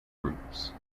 groups